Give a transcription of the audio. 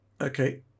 Okay